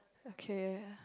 okay